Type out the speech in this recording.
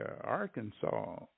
Arkansas